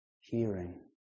hearing